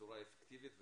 בצורה אפקטיבית,